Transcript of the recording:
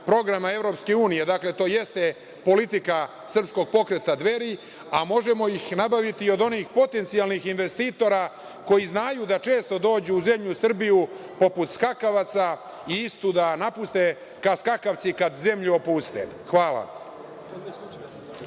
programa Evropske unije. Dakle, to jeste politika Srpskog pokreta Dveri, a možemo ih nabaviti od onih potencijalnih investitora koji znaju da često dođu u zemlju Srbiju poput skakavaca i istu da napuste kao skakavci kada zemlju opuste. Hvala.